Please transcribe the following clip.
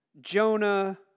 Jonah